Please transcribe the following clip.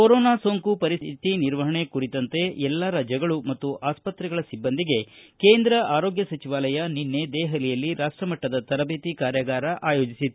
corona ಸೋಂಕು ಪರಿಸ್ಥಿತಿ ನಿರ್ವಹಣೆ ಕುರಿತಂತೆ ಎಲ್ಲಾ ರಾಜ್ಯಗಳು ಮತ್ತು ಆಸ್ಪತ್ರೆಗಳ ಸಿಬ್ಬಂದಿಗೆ ಕೇಂದ್ರ ಆರೋಗ್ಯ ಸಚಿವಾಲಯ ನಿನ್ನೆ ದೆಹಲಿಯಲ್ಲಿ ರಾಷ್ಟಮಟ್ಟದ ತರಬೇತಿ ಕಾರ್ಯಾಗಾರ ಆಯೋಜಿಸಿತ್ತು